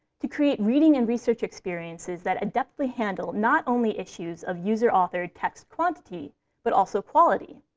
to create reading and research experiences that adeptly handle not only issues of user-authored text quantity but also quality,